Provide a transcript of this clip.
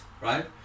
right